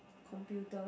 computer